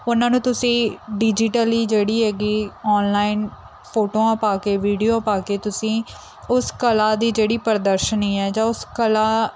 ਉਹਨਾਂ ਨੂੰ ਤੁਸੀਂ ਡਿਜੀਟਲੀ ਜਿਹੜੀ ਹੈਗੀ ਔਨਲਾਈਨ ਫੋਟੋਆਂ ਪਾ ਕੇ ਵੀਡੀਓ ਪਾ ਕੇ ਤੁਸੀਂ ਉਸ ਕਲਾ ਦੀ ਜਿਹੜੀ ਪ੍ਰਦਰਸ਼ਨੀ ਹੈ ਜਾਂ ਉਸ ਕਲਾ